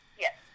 Yes